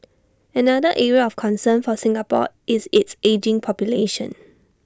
another area of concern for Singapore is its ageing population